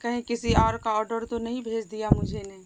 کہیں کسی اور کا آڈر تو نہیں بھیج دیا مجھے نے